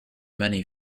many